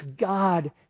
God